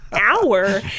hour